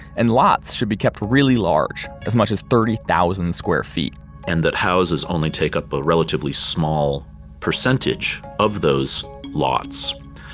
and lots should be kept really large, as much as thirty thousand square feet and that houses only take up a relatively small percentage of those lots,